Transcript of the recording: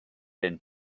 end